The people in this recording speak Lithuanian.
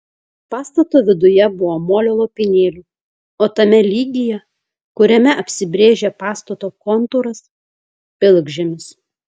pastato viduje buvo molio lopinėlių o tame lygyje kuriame apsibrėžė pastato kontūras pilkžemis